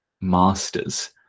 masters